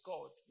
God